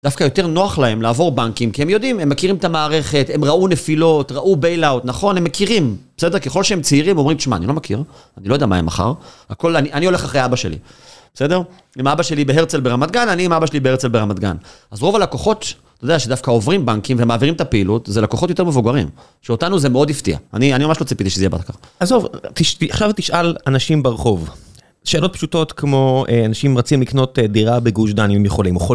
דווקא יותר נוח להם לעבור בנקים. כי הם יודעים, הם מכירים את המערכת, הם ראו נפילות, ראו בייל אווט. נכון? הם מכירים. בסדר? ככל שהם צעירים, הם אומרים שמע, אני לא מכיר, אני לא יודע מה יהיה מחר. הכל... אני הולך אחרי אבא שלי. בסדר? אם אבא שלי בהרצל ברמת גן, אני עם אבא שלי בהרצל ברמת גן. אז רוב לקוחות... אתה יודע שדווקא עוברים בנקים ומעבירים את הפעילות, זה לקוחות יותר מבוגרים, שאותנו זה מאוד הפתיע, אני ממש לא צפיתי שזה יהיה בטח ככה. עזוב, עכשיו תשאל אנשים ברחוב, שאלות פשוטות כמו אנשים רצים לקנות דירה בגוש דן אם הם יכולים.